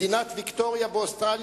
ביקש לדון